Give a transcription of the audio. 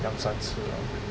两三次 lah